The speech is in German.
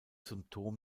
symptom